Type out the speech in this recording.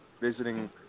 Visiting